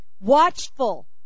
watchful